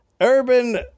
Urban